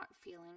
feeling